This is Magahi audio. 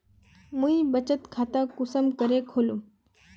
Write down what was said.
मुई बचत खता कुंसम करे खोलुम?